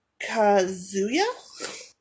Kazuya